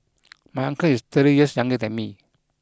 my uncle is thirty years younger than me